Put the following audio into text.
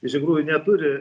iš tikrųjų neturi